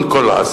don't call us,